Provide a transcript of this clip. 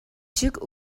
шиг